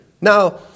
Now